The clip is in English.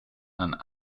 and